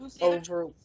over